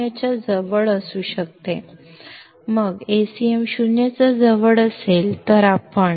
ನಂತರ Acm 0 ಗೆ ಹತ್ತಿರದಲ್ಲಿದ್ದರೆ ನಾವು 0